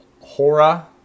hora